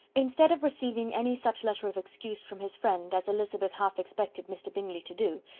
instead of receiving any such letter of excuse from his friend, as elizabeth half expected mr. bingley to do,